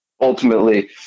ultimately